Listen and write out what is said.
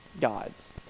gods